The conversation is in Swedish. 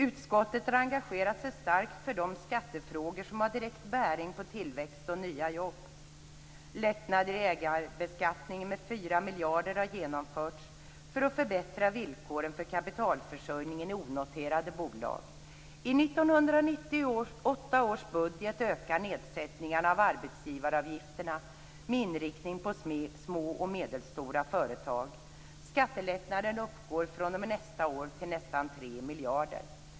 Utskottet har engagerat sig starkt för de skattefrågor som har direkt bäring på tillväxt och nya jobb. Lättnader i ägarbeskattningen med 4 miljarder har genomförts för att förbättra villkoren för kapitalförsörjningen i onoterade bolag. I 1998 års budget ökar nedsättningen av arbetsgivaravgifterna med inriktning på små och medelstora företag. Skattelättnaden uppgår från nästa år till nästan 3 miljarder.